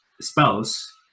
spouse